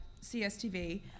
CSTV